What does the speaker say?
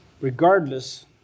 regardless